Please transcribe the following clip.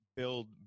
build